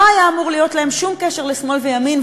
לא היה אמור להיות להם שום קשר לשמאל וימין,